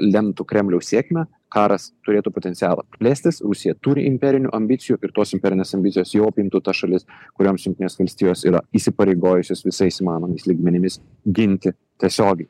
lemtų kremliaus sėkmę karas turėtų potencialą plėstis rusija turi imperinių ambicijų ir tos imperinės ambicijos jau apimtų tas šalis kurioms jungtinės valstijos yra įsipareigojusios visais įmanomais lygmenimis ginti tiesiogiai